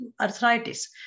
arthritis